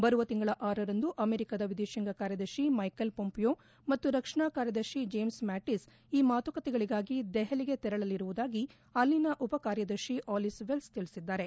ಬರುವ ತಿಂಗಳ ಳರಂದು ಅಮೆರಿಕಾದ ವಿದೇಶಾಂಗ ಕಾರ್ಯದರ್ತಿ ಮ್ಟೆಕೆಲ್ ಪೊಂಪಿಯೋ ಮತ್ತು ರಕ್ಷಣಾ ಕಾರ್ಯದರ್ಶಿ ಜೇಮ್ಸ್ ಮ್ಲಾಟಿಸ್ ಈ ಮಾತುಕತೆಗಳಿಗಾಗಿ ದೆಹಲಿಗೆ ತೆರಳಲಿರುವುದಾಗಿ ಅಲ್ಲಿಯ ಉಪಕಾರ್ಯದರ್ಶಿ ಅಲಿಸ್ ವೆಲ್ಸ್ ತಿಳಿಸಿದ್ದಾರೆ